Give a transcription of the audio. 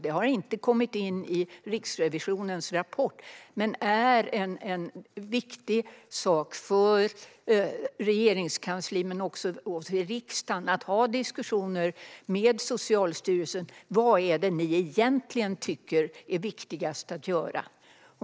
Det har inte kommit in i Riksrevisionens rapport, men det är en viktig sak för Regeringskansliet och även för oss i riksdagen att föra diskussioner med Socialstyrelsen om vad de egentligen tycker är viktigast att göra.